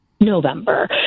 november